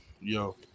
Yo